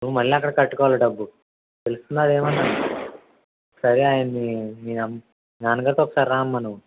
నువ్వు మళ్ళీ అక్కడ కట్టుకోవాలి డబ్బు తెలుస్తుందా ఏమైనా సరే అవన్నీ మీ అం మీ నాన్నగారితో ఒకసారి రామ్మా నువ్వు